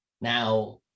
Now